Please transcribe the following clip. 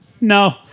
No